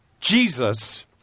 Jesus